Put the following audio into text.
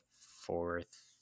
fourth